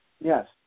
Yes